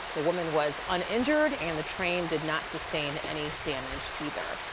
the woman was uninjured and the train did not sustain any damage either.